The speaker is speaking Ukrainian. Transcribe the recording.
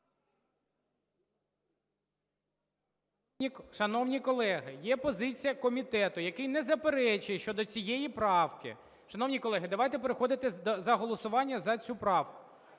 Шановні колеги, є позиція комітету, який не заперечує щодо цієї правки. Шановні колеги, давайте переходити до голосування за цю правку.